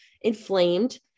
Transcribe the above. inflamed